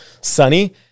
sunny